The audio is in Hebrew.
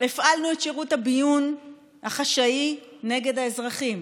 הפעלנו את שירות הביון החשאי נגד האזרחים.